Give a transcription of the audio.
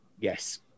Yes